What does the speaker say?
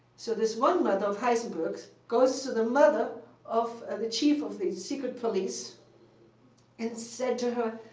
so this one mother of heisenberg's goes to the mother of and the chief of the secret police and said to her,